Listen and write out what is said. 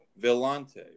Villante